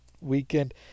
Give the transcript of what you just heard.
weekend